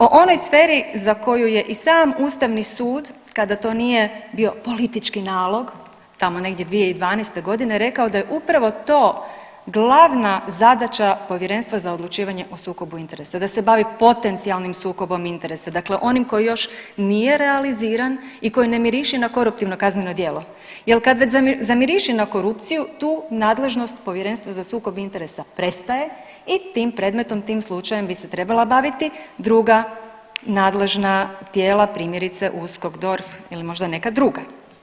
O onoj sferi za koju je i sam Ustavni sud kada to nije bio politički nalog tamo negdje 2012. godine rekao da je upravo to glavna zadaća Povjerenstva za odlučivanje sukoba interesa, da se bavi potencijalnim sukobom interesa, dakle onim koji još nije realiziran i koji ne miriši na koruptivno kazneno djelo jer kad već zamiriši na korupciju tu nadležnost Povjerenstva za sukob interesa prestaje i tim predmetom, tim slučajem bi se trebala baviti druga nadležna tijela primjerice USKOK, DORH ili možda neka druga.